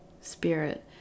spirit